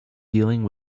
dealing